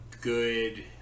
good